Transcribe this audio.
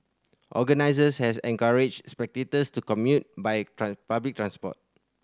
Organisers has encouraged spectators to commute by public transport